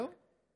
זהו?